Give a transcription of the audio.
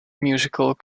musical